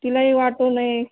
तिलाही वाटू नये